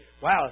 wow